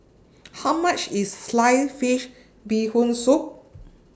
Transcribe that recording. How much IS Sliced Fish Bee Hoon Soup